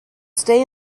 stay